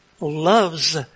loves